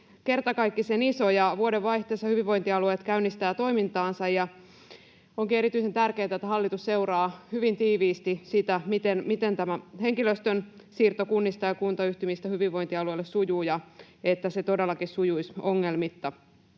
kertakaikkisen iso, ja vuodenvaihteessa hyvinvointialueet käynnistävät toimintaansa. Onkin erityisen tärkeätä, että hallitus seuraa hyvin tiiviisti sitä, miten henkilöstön siirto kunnista ja kuntayhtymistä hyvinvointialueille sujuu, ja että se todellakin sujuisi ongelmitta.